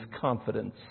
confidence